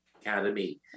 Academy